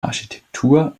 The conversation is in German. architektur